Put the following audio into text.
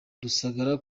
rusagara